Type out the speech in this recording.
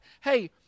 Hey